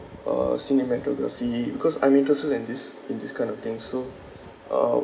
uh cinematography because I'm interested in this in this kind of thing so uh